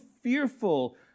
fearful